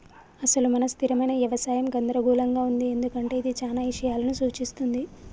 అసలు మన స్థిరమైన యవసాయం గందరగోళంగా ఉంది ఎందుకంటే ఇది చానా ఇషయాలను సూఛిస్తుంది